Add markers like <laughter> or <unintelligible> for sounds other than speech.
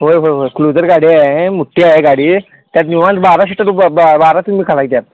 होय होय होय क्लोजर गाडी आहे मोठी हाय गाडी त्यात निवांत बारा शिटा बारा <unintelligible> त्यात